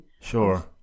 sure